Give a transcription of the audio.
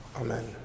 Amen